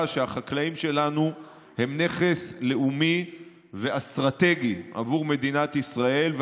שהחקלאים שלנו הם נכס לאומי ואסטרטגי עבור מדינת ישראל,